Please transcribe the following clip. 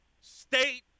state